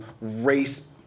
race